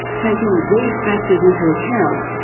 taking these factors into account,